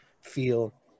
feel